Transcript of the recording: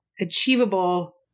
achievable